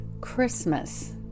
Christmas